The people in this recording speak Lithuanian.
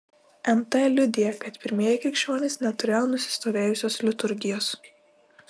nt liudija kad pirmieji krikščionys neturėjo nusistovėjusios liturgijos